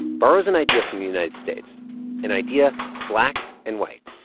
borrows an idea from the united states an idea of black and white?